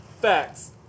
Facts